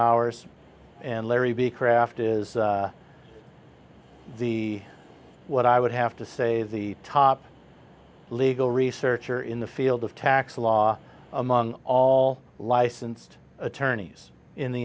hours and larry b craft is the what i would have to say the top legal researcher in the field of tax law among all licensed attorneys in the